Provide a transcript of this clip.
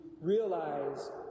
realize